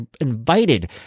invited